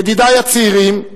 ידידי הצעירים,